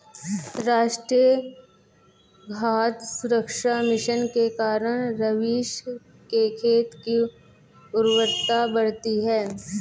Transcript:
राष्ट्रीय खाद्य सुरक्षा मिशन के कारण रवीश के खेत की उर्वरता बढ़ी है